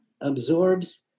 absorbs